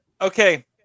Okay